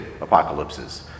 apocalypses